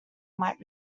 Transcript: might